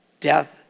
Death